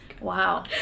wow